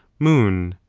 moon,